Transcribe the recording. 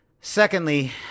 Secondly